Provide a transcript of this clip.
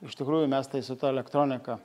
iš tikrųjų mes tai su ta elektronika